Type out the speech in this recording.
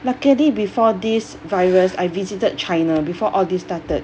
luckily before this virus I visited china before all this started